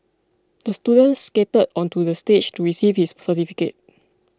the students skated onto the stage to receive his certificate